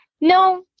No